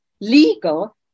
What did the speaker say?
legal